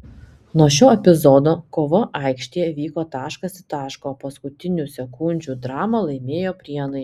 nuo šio epizodo kova aikštėje vyko taškas į tašką o paskutinių sekundžių dramą laimėjo prienai